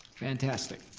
fantastic,